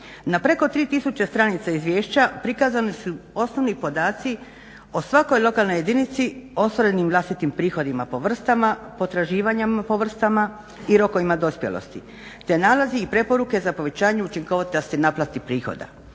Na preko 3000 stranica Izvješća prikazani su osnovni podaci o svakoj lokalnoj jedinici ostvarenim vlastitim prihodima po vrstama, potraživanja po vrstama i rokovima dospjelosti, te nalazi i preporuke za povećanje učinkovitosti naplate prihoda